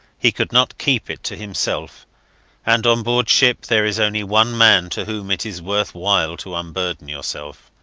he could not keep it to himself and on board ship there is only one man to whom it is worth while to unburden yourself.